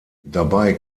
dabei